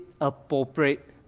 appropriate